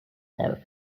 are